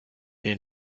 den